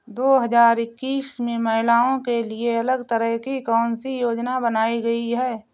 दो हजार इक्कीस में महिलाओं के लिए अलग तरह की कौन सी योजना बनाई गई है?